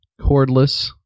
cordless